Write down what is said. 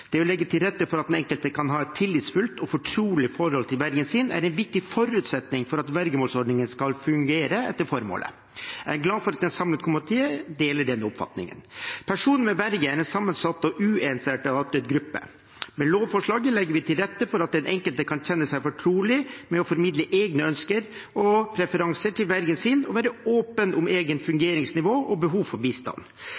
Det å legge til rette for at den enkelte kan ha et tillitsfullt og fortrolig forhold til vergen sin, er en viktig forutsetning for at vergemålsordningen skal fungere etter formålet. Jeg er glad for at en samlet komité deler den oppfatningen. Personer med verge er en sammensatt og uensartet gruppe. Med lovforslaget legger vi til rette for at den enkelte kan kjenne seg fortrolig med å formidle egne ønsker og preferanser til vergen sin og være åpen om